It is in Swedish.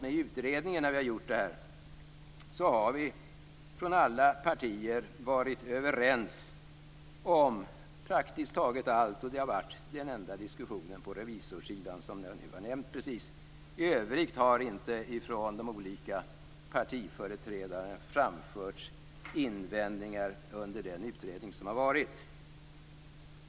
I utredningen har vi från alla partier varit överens om praktiskt taget allt. Den enda diskussionen var den på revisorsidan som jag nämnde precis nu. I övrigt har det inte framförts invändningar från de olika partiföreträdarna under den utredning som har varit.